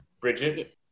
Bridget